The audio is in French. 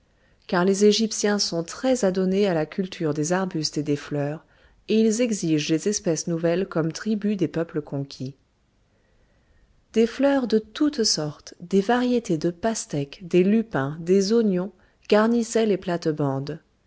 car les égyptiens sont très adonnés à la culture des arbustes et des fleurs et ils exigent les espèces nouvelles comme tribut des peuples conquis des fleurs de toutes sortes des variétés de pastèques des lupins des oignons garnissaient les plates-bandes